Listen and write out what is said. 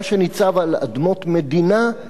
מה שניצב על אדמות מדינה,